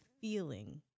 feeling